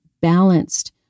balanced